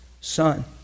son